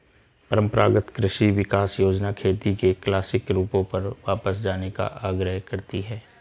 परम्परागत कृषि विकास योजना खेती के क्लासिक रूपों पर वापस जाने का आग्रह करती है